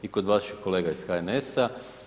I kod vaših kolega iz HNS-a.